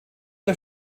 der